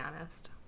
honest